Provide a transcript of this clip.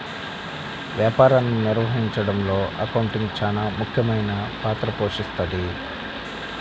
వ్యాపారాన్ని నిర్వహించడంలో అకౌంటింగ్ చానా ముఖ్యమైన పాత్ర పోషిస్తది